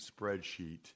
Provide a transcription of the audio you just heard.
spreadsheet